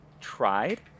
tried